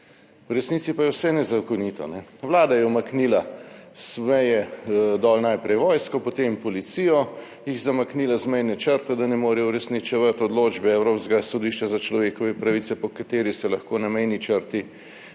v resnici pa je vse nezakonito, vlada je umaknila z meje dol najprej vojsko, potem policijo, jih zamaknila z mejne črte, da ne morejo uresničevati odločbe Evropskega sodišča za človekove pravice, po kateri se lahko na mejni črti